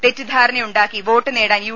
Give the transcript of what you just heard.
തെറ്റിദ്ധാരണയുണ്ടാക്കി vote നേടാൻ U